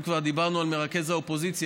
אם כבר דיברנו על מרכז האופוזיציה,